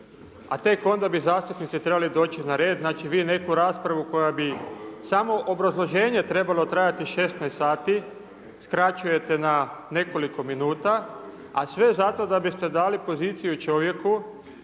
a tek onda bi zastupnici trebali doći na red. Znači, vi neku raspravu koja bi samo obrazloženje trebalo trajati 16 sati, skraćujete na nekoliko minuta, a sve zato da biste dali poziciju čovjeku